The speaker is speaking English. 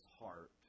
heart